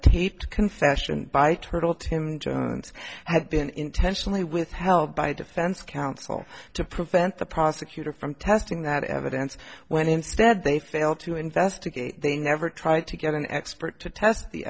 taped confession by turtle tim jones had been intentionally withheld by defense counsel to prevent the prosecutor from testing that evidence when instead they failed to investigate they never tried to get an expert to test the